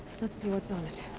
let's see what's on it.